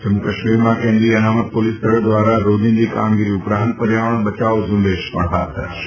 જમ્મ્મ કાશ્મીરમાં કેન્દ્રીય અનામત પોલીસ દળ દ્વારા રોજિંદી કામગીરી ઉપરાંત પર્યાવરણ બચાવો ઝુંબેશ શરૂ કરાશે